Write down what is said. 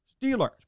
Steelers